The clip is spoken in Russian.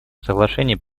соглашение